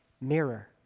mirror